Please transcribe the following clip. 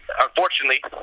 unfortunately